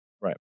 Right